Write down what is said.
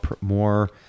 more